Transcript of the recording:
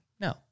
No